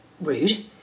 rude